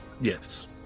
yes